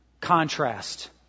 contrast